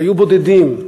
והיו בודדים,